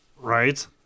right